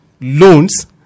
loans